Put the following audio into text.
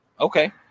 Okay